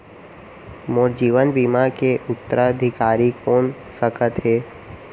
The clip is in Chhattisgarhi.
मोर जीवन बीमा के उत्तराधिकारी कोन सकत हे?